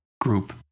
group